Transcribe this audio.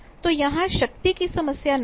तो यहां शक्ति की समस्या नहीं है